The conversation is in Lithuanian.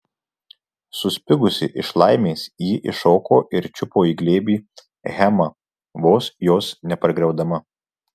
suspigusi iš laimės ji iššoko ir čiupo į glėbį hemą vos jos nepargriaudama